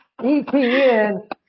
EPN